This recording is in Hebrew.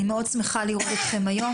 אני מאוד שמחה להיות אתכם היום.